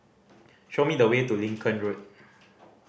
show me the way to Lincoln Road